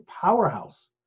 powerhouse